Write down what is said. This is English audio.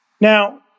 Now